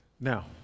Now